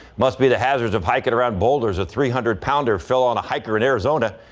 must be the hazards of hiking around boulders, a three hundred pounder fell on a hiker in arizona.